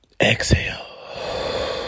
Exhale